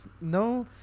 no